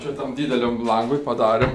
čia tam dideliam langui padarėm